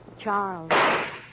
Charles